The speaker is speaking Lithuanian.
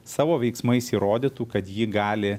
savo veiksmais įrodytų kad ji gali